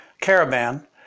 caravan